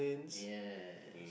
ya